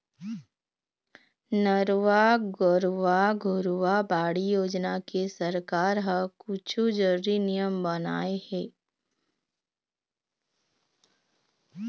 नरूवा, गरूवा, घुरूवा, बाड़ी योजना के सरकार ह कुछु जरुरी नियम बनाए हे